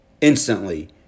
Instantly